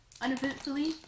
uneventfully